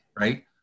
right